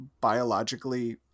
biologically